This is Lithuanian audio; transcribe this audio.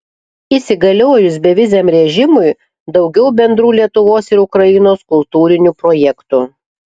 įsigaliojus beviziam režimui daugiau bendrų lietuvos ir ukrainos kultūrinių projektų